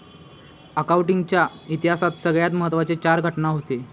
accounting च्या इतिहासात सगळ्यात महत्त्वाचे चार घटना हूते